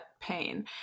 pain